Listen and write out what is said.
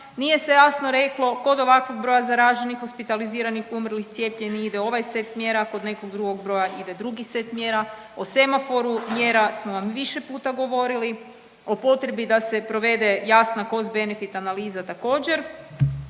nije se jasno reklo, kod ovakvog broja zaraženih, hospitaliziranih, umrlih, cijepljenih ide ovaj set mjera, a kod nekog drugo broja ide drugi set mjera. O semaforu mjera smo vam više puta govorili, o potrebi da se provede jasna cost benefit analiza također.